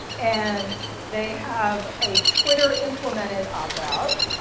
and they have a twitter implemented op-out.